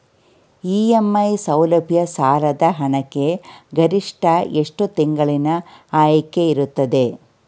EMI ಸೌಲಭ್ಯ ಸಾಲದ ಹಣಕ್ಕೆ ಗರಿಷ್ಠ ಎಷ್ಟು ತಿಂಗಳಿನ ಆಯ್ಕೆ ಇರುತ್ತದೆ?